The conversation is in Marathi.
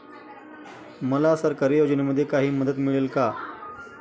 मला सरकारी योजनेमध्ये काही मदत मिळेल का?